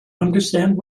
understand